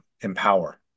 empower